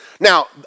Now